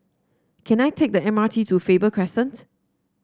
can I take the M R T to Faber Crescent